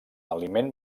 aliment